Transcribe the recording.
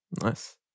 Nice